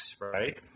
right